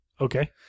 Okay